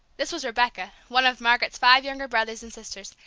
this was rebecca, one of margaret's five younger brothers and sisters,